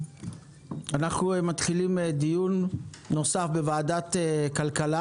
אנחנו מתחילים דיון נוסף בוועדת הכלכלה